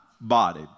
body